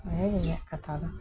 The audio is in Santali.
ᱱᱤᱭᱟᱹᱜᱮ ᱤᱧᱟᱹᱜ ᱠᱟᱛᱷᱟ ᱫᱚ